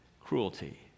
cruelty